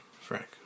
Frank